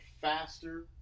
faster